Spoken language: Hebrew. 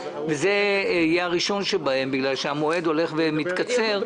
וזה יהיה הראשון שבהם בגלל שהמועד הולך ומתקצר.